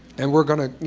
and we're going to